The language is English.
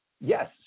Yes